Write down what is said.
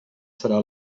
serà